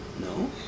No